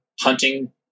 hunting